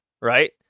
right